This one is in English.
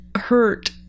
hurt